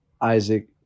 Isaac